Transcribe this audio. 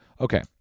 Okay